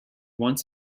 once